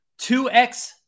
2x